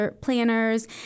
planners